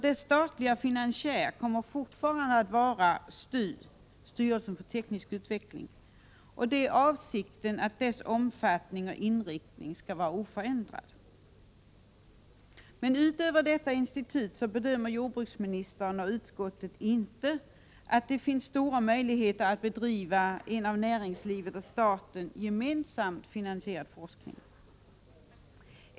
Dess statliga finansiär kommer fortfarande att vara styrelsen för teknisk utveckling, STU, och avsikten är att dess omfattning och inriktning skall vara oförändrad. Utöver detta institut bedömer jordbruksministern och utskottet inte att det finns stora möjligheter att bedriva en av näringslivet och staten gemensamt finansierad forskning.